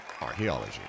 Archaeology